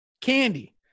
candy